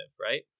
right